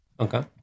Okay